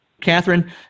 Catherine